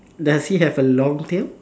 does he have a long tail